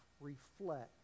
reflect